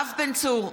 יואב בן צור,